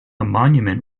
monument